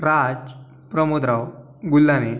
Raj Pramodrao Gulhane